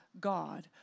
God